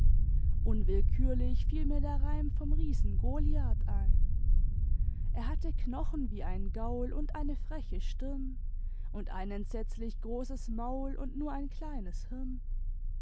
unwillkürlich fiel mir der reim vom riesen goliath ein er hatte knochen wie ein gaul und eine freche stirn und ein entsetzlich großes maul und nur ein kleines hirn